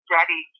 Daddy